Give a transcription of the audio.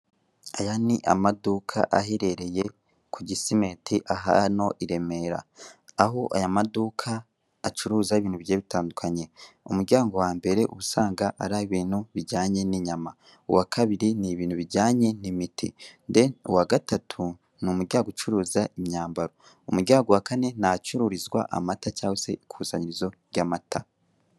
Aya ni amaduka aherereye ku Gisiment hano i Remera aho aya maduka acuruza ibintu bigiye bitandukanye, umuryango wa mbere uba usanga ari uw'ibintu bijyanye n'inyama, uwakabiri ni ibintu bijyane n'imiti, then uwagatatu n'umuryango ucururiza imyambaro, umuryango wa kane n'ahacururizwa amata cyangwa se ikusanyirizo ry'amata.